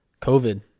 COVID